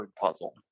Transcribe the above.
puzzle